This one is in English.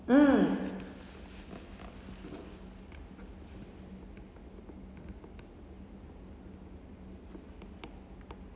mm